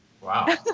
Wow